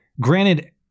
granted